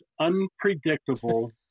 unpredictable